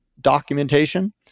documentation